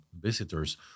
visitors